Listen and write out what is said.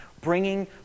bringing